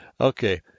Okay